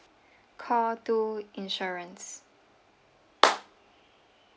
car to insurance